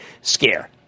scare